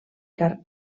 car